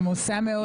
עמוסה מאוד.